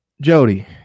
Jody